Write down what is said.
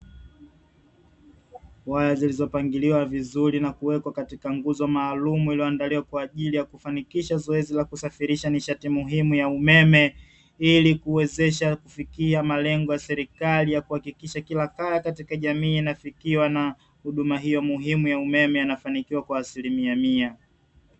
Waya zilizopangiliwa vizuri na kuwekwa katika nguzo maalumu iliyoandaliwa kwa ajili ya kufanikisha zoezi la kusafirisha nishati hiyo ya umeme, ili kuwezesha kufikia malengo ya serikali ya kuhakikisha kila kaya katika jamii inafikiwa na huduma hiyo muhimu ya umeme, yanafanikiwa kwa asilimia mia.